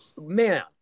Man